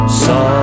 saw